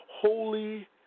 holy